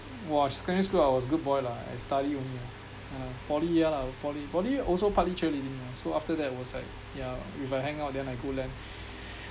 !wah! secondary school I was a good boy lah I study only ah ah poly ya lah poly poly also partly cheerleading lah so after that was like yeah if I hang out then I go LAN